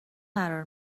قرار